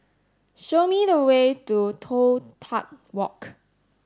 show me the way to Toh Tuck Walk